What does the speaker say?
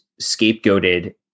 scapegoated